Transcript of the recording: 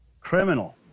criminal